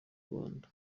rwanda